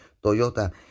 Toyota